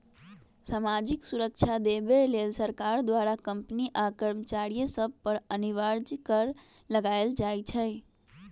सामाजिक सुरक्षा देबऐ लेल सरकार द्वारा कंपनी आ कर्मचारिय सभ पर अनिवार्ज कर लगायल जाइ छइ